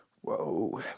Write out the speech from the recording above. whoa